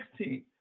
16